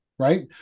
Right